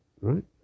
right